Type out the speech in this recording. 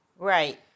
Right